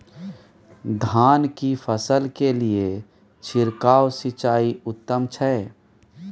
धान की फसल के लिये छिरकाव सिंचाई उत्तम छै?